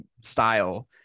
style